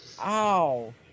Ow